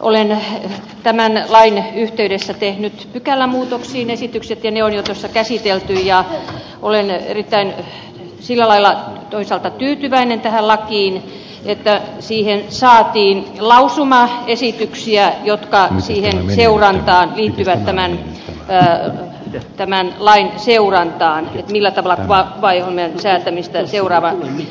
olen tämän lain yhteydessä tehnyt pykälämuutoksiin esitykset ja ne on jo käsitelty ja olen sillä lailla toisaalta erittäin tyytyväinen tähän lakiin että siihen saatiin lausumaesityksiä jotka liittyvät tämän lain seurantaan millä tavalla kuvaohjelmalain säätämistä